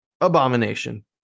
abomination